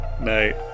Night